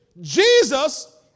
Jesus